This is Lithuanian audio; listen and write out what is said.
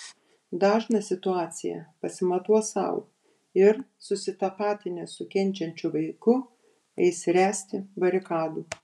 dažnas situaciją pasimatuos sau ir susitapatinęs su kenčiančiu vaiku eis ręsti barikadų